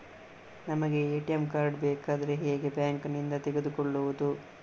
ನಮಗೆ ATM card ಬೇಕಾದ್ರೆ ಹೇಗೆ ಬ್ಯಾಂಕ್ ನಿಂದ ತೆಗೆದುಕೊಳ್ಳುವುದು?